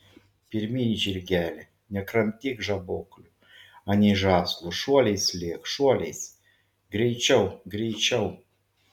pirmyn žirgeli nekramtyk žaboklių anei žąslų šuoliais lėk šuoliais greičiau greičiau